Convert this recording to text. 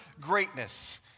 greatness